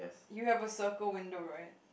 you have a circle window right